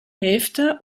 hälfte